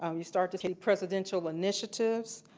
um you start to see presidential initiatives,